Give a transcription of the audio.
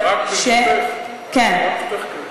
רק ברשותך,